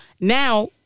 Now